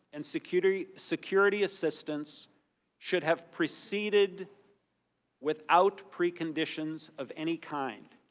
and security security assistance should have proceeded without preconditions of any kind.